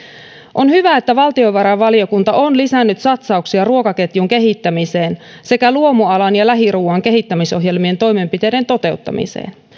on hyvä että valtiovarainvaliokunta on lisännyt satsauksia ruokaketjun kehittämiseen sekä luomualan ja lähiruuan kehittämisohjelmien toimenpiteiden toteuttamiseen